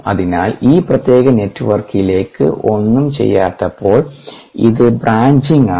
അതിനാൽ ഈ പ്രത്യേക നെറ്റ്വർക്കിലേക്ക് ഒന്നും ചെയ്യാത്തപ്പോൾ ഇത് ബ്രാഞ്ചിംഗ് ആണ്